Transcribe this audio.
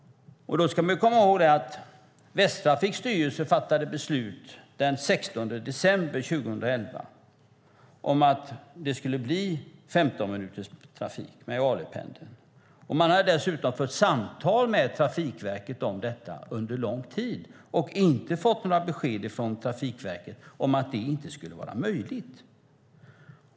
Då ska man komma ihåg att Västtrafiks styrelse den 16 december 2011 fattade beslut om att det skulle bli 15-minuterstrafik med Alependeln. Man hade dessutom fört samtal med Trafikverket om detta under lång tid och inte fått några besked från Trafikverket om att det inte skulle vara möjligt.